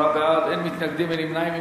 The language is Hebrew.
עשרה בעד, אין מתנגדים ואין נמנעים.